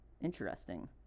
Interesting